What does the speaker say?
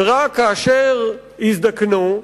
ורק כאשר הזדקנו,